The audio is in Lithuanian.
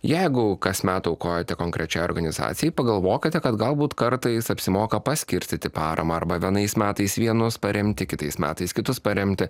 jeigu kasmet aukojate konkrečiai organizacijai pagalvokite kad galbūt kartais apsimoka paskirstyti paramą arba vienais metais vienus paremti kitais metais kitus paremti